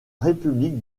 république